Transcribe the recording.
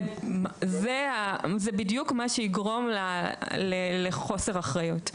זה בדיוק מה שיגרום לחוסר אחריות.